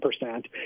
percent